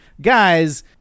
Guys